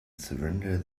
surrender